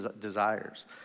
desires